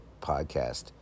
podcast